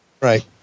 Right